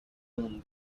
room